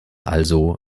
also